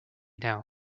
now